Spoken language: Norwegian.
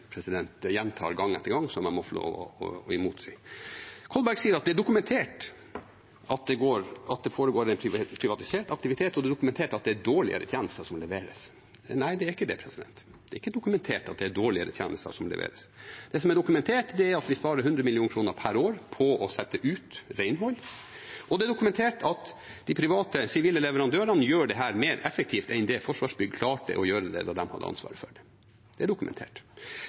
må få lov til å motsi. Kolberg sier at det er dokumentert at det foregår en privatisert aktivitet, og at det er dokumentert at det er dårligere tjenester som leveres. Nei, det er ikke det. Det er ikke dokumentert at det er dårligere tjenester som leveres. Det som er dokumentert, er at vi sparer 100 mill. kr per år på å sette ut renhold, og det er dokumentert at de private sivile leverandørene gjør dette mer effektivt enn Forsvarsbygg klarte å gjøre det da de hadde ansvaret for det. Det er dokumentert.